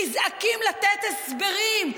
נזעקים לתת הסברים,